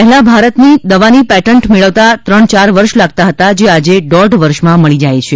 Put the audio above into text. પહેલાં ભારતીય થયેલ દવાને પેટન્ટ મેળવતા ત્રણ ય ાર વર્ષ લાગતા હતાજે આજે દોઢ વર્ષમાં જ મળી જાય છે